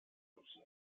rusia